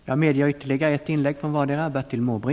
Jag medger ytterligare ett inlägg från vardera talare.